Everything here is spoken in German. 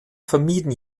vermieden